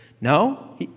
No